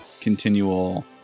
continual